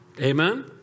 Amen